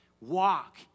Walk